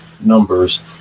numbers